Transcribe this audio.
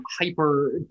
hyper